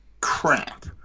crap